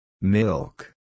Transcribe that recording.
Milk